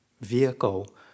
vehicle